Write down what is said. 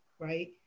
right